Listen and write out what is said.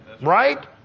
right